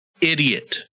idiot